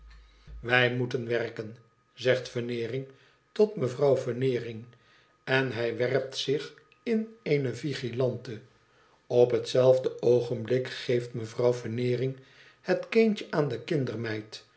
wij moeten werken zegt veneering tot mevrouw veneering en hij werpt zich in eene vigilante op hetzelfde oogenblik geeft mevrouw veneering het kindje aan de